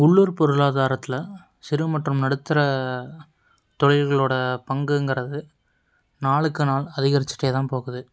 உள்ளூர் பொருளாதாரத்தில் சிறு மற்றும் நடுத்தர தொழில்களோடய பங்குங்கிறது நாளுக்கு நாள் அதிகரிச்சுட்டேதான் போகுது